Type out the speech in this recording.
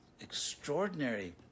extraordinary